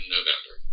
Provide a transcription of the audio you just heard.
November